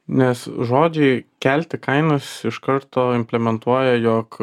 nes žodžiai kelti kainas iš karto implementuoja jog